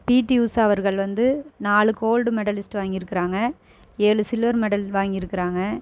PT Usha அவர்கள் வந்து நாலு கோல்டு மெடலிஸ்ட் வாங்கிருக்குறாங்க ஏழு சில்வர் மெடல் வாங்கிருக்குறாங்க